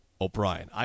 O'Brien